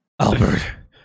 Albert